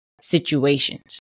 situations